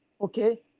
okay